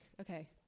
Okay